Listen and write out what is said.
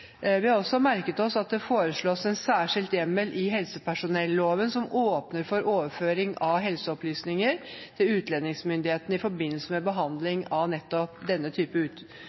Vi har også merket oss at det foreslås en særskilt hjemmel i helsepersonelloven som åpner for overføring av helseopplysninger til utlendingsmyndighetene i forbindelse med behandlingen av nettopp denne type